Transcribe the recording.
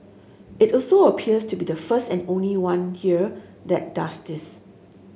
it also appears to be the first and only one here that does this